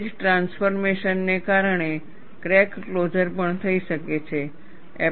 phase transformation ને કારણે crack closure પણ થઈ શકે છે